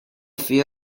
few